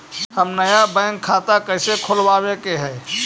हम नया बैंक खाता कैसे खोलबाबे के है?